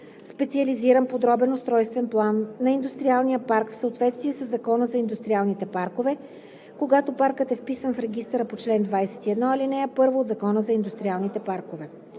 специализиран подробен устройствен план на индустриалния парк в съответствие със Закона за индустриалните паркове, когато паркът е вписан в регистъра по чл. 21, ал. 1 от Закона за индустриалните паркове.“